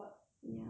ya